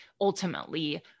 ultimately